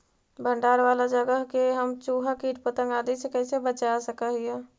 भंडार वाला जगह के हम चुहा, किट पतंग, आदि से कैसे बचा सक हिय?